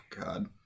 God